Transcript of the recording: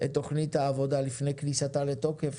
את תוכנית העבודה לפני כניסתה לתוקף,